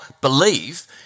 believe